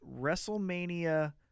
WrestleMania